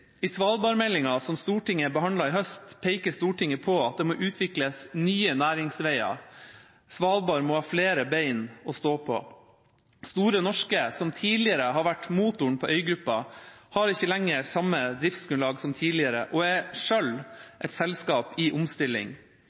I svalbardmeldinga som Stortinget behandlet i høst, peker Stortinget på at det må utvikles nye næringsveier. Svalbard må ha flere bein å stå på. Store Norske, som tidligere har vært motoren på øygruppa, har ikke lenger samme driftsgrunnlag som tidligere og er selv et selskap i omstilling.